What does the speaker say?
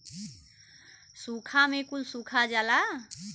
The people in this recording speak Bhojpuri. सूखा में कुल सुखा जाला